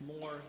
more